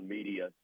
Media